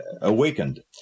awakened